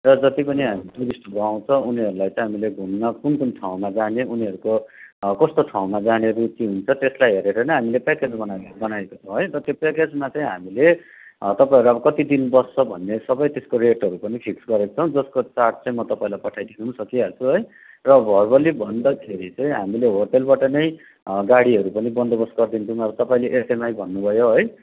र जति पनि हामी टुरिस्टहरू आउँछ उनीहरूलाई चाहिँ हामीले घुम्नु कुन कुन ठाउँमा जाने उनीहरूको कस्तो ठाउँमा जाने रुचि हुन्छ त्यसलाई हेरेर नै हामीले प्याकेज बनाएको बनाइदिएको छौँ है र त्यो प्याकेजमा चाहिँ हामीले तपाईँहरू अब कति दिन बस्छ भन्ने सब त्यसको रेटहरू पनि फिक्स गरेको छौँ जसको चार्ट चाहिँ म तपाईँलाई पठाइदिनु सकिहाल्छु है र भर्बल्ली भन्दाखेरि चाहिँ हामीले होटेलबाट नै गाडीहरू पनि बन्दोबस्त गरिदिन्छौँ तपाईँले एचएमआई भन्नु भयो है